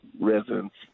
residents